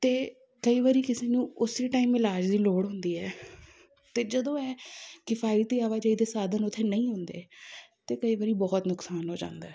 ਅਤੇ ਕਈ ਵਾਰੀ ਕਿਸੇ ਨੂੰ ਉਸੇ ਟਾਈਮ ਇਲਾਜ ਦੀ ਲੋੜ ਹੁੰਦੀ ਹੈ ਅਤੇ ਜਦੋਂ ਇਹ ਕਿਫਾਇਤੀ ਆਵਾਜਾਈ ਦੇ ਸਾਧਨ ਉੱਥੇ ਨਹੀਂ ਹੁੰਦੇ ਅਤੇ ਕਈ ਵਰੀ ਬਹੁਤ ਨੁਕਸਾਨ ਹੋ ਜਾਂਦਾ ਹੈ